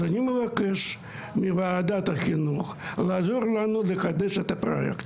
אז אני מבקש מוועדת החינוך לעזור לנו לחדש את הפרוייקט.